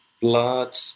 Blood